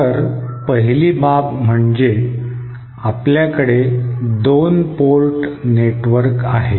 तर पहिली बाब म्हणजे आपल्याकडे दोन पोर्ट नेटवर्क आहे